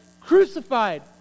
crucified